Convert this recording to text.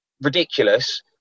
ridiculous